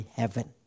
heaven